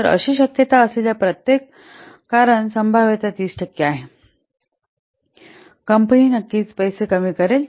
तर अशी शक्यता असलेल्या प्रत्येक शक्यता कारण संभाव्यता 30 टक्के आहे आणि कंपनी नक्कीच पैसे कमी करेल